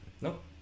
Nope